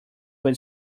but